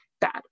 bad